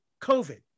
COVID